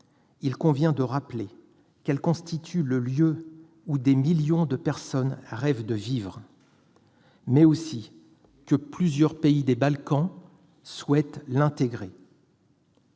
il convient de rappeler qu'elle constitue l'espace où des millions de personnes rêvent de vivre, mais aussi que plusieurs pays des Balkans souhaitent l'intégrer.